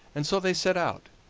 and so they set out,